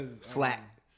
Slap